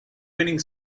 winning